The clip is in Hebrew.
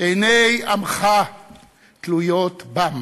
עיני עמך תלויות בם"